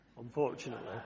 unfortunately